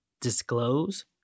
disclose